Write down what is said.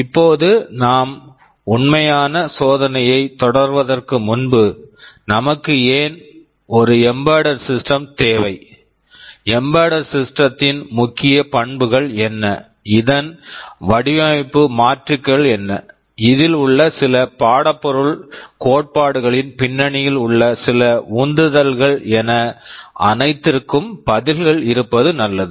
இப்போது நாம் உண்மையான சோதனையை தொடர்வதற்கு முன்பு நமக்கு ஏன் ஒரு எம்பெடெட் சிஸ்டம் embedded system தேவை எம்பெடெட் சிஸ்டம் embedded system ன் முக்கிய பண்புகள் என்ன இதன் வடிவமைப்பு மாற்றுகள் என்ன இதில் உள்ள சில பாடப்பொருள் கோட்பாடுகளின் பின்னணியில் உள்ள சில உந்துதல்கள் என அனைத்திற்கும் பதில்கள் இருப்பது நல்லது